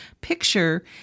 picture